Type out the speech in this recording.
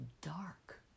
dark